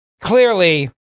Clearly